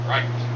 Right